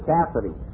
Cassidy